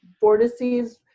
vortices